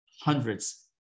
hundreds